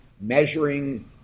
measuring